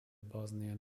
bosnian